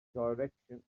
direction